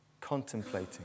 contemplating